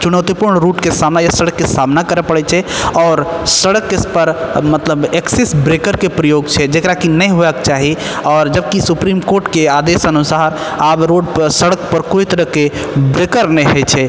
चुनौतीपूर्ण रूपके सामना या सड़कके सामना करै पड़ै छै आओर सड़क पर मतलब एकसिस ब्रेकरके प्रयोग छै जेकरा कि नहि हुएके चाही आओर जब कि सुप्रीम कोर्टके आदेश अनुसार आब रोड पर सड़क पर कोइ तरहके ब्रेकर नहि होइ छै